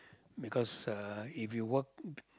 because uh if you work